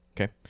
Okay